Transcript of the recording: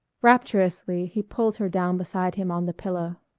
rapturously he pulled her down beside him on the pillow.